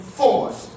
force